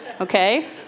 okay